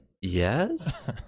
Yes